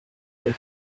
were